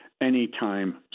anytime